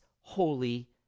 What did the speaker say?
holy